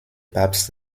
papst